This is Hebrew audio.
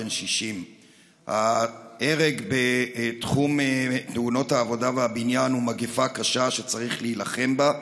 בן 60. ההרג בתחום תאונות העבודה והבניין הוא מגפה קשה שצריך להילחם בה,